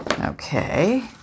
Okay